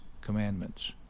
commandments